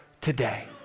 today